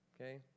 okay